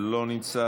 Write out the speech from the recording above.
לא נמצא,